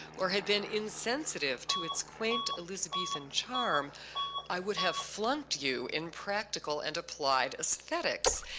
or had been insensitive to its quaint elizabethan charm i would have flunked you in practical and applied aesthetics.